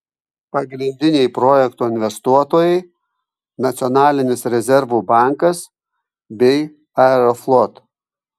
pagrindiniai projekto investuotojai nacionalinis rezervų bankas bei aeroflot